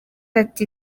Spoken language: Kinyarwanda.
ati